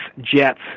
Jets